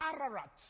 Ararat